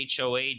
HOA